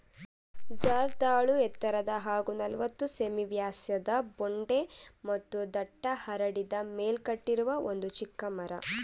ಜರ್ದಾಳು ಎತ್ತರದ ಹಾಗೂ ನಲವತ್ತು ಸೆ.ಮೀ ವ್ಯಾಸದ ಬೊಡ್ಡೆ ಮತ್ತು ದಟ್ಟ ಹರಡಿದ ಮೇಲ್ಕಟ್ಟಿರುವ ಒಂದು ಚಿಕ್ಕ ಮರ